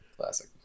classic